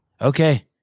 Okay